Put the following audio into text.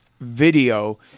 video